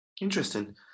Interesting